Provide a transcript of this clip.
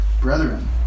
brethren